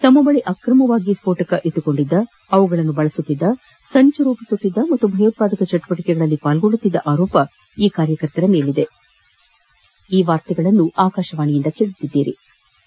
ತಮ್ಮ ಬಳಿ ಅಕ್ರಮವಾಗಿ ಸ್ಪೋಟಕ ಇಣ್ಣುಕೊಂಡಿದ್ದ ಅವುಗಳನ್ನು ಬಳಸುತ್ತಿದ್ದ ಸಂಚು ರೂಪಿಸುತ್ತಿದ್ದ ಮತ್ತು ಭಯೋತ್ವಾದಕ ಚಟುವಟಿಕೆಗಳಲ್ಲಿ ಭಾಗಿಯಾಗುತ್ತಿದ್ದ ಆರೋಪ ಈ ಸಿಮಿ ಕಾರ್ಯಕರ್ತರ ಮೇಲಿತ್ತು